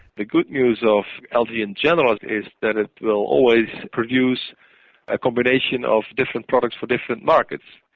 the good news of algae in general is that it will always produce a combination of different products for different markets.